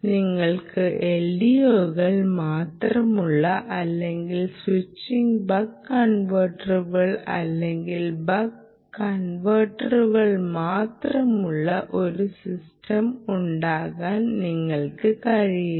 നിങ്ങൾക്ക് LDOകൾ മാത്രമുള്ള അല്ലെങ്കിൽ സ്വിച്ച് ബക്ക് കൺവെർട്ടറുകൾ അല്ലെങ്കിൽ ബസ് കൺവെർട്ടറുകൾ മാത്രമുള്ള ഒരു സിസ്റ്റം ഉണ്ടാക്കാൻ നിങ്ങൾക്ക് കഴിയില്ല